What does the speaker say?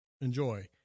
enjoy